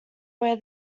where